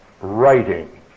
writing